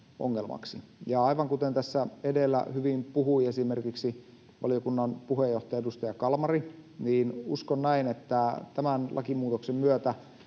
Aivan kuten tässä edellä hyvin puhui esimerkiksi valiokunnan puheenjohtaja, edustaja Kalmari, uskon näin, että tämän lakimuutoksen myötä